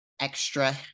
extra